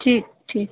ठीक ठीक